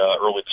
early